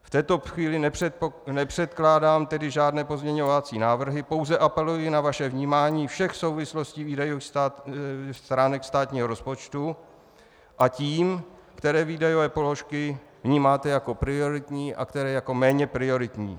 V této chvíli nepředkládám tedy žádné pozměňovací návrhy, pouze apeluji na vaše vnímání všech souvislostí výdajových stránek státního rozpočtu a tím, které výdajové položky vnímáte jako prioritní a které jako méně prioritní.